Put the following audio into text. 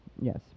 yes